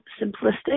simplistic